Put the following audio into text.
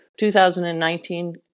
2019